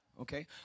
Okay